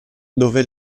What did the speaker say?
dove